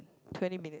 twenty minute